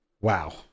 wow